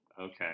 Okay